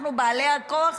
אנחנו בעלי הכוח,